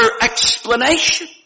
explanation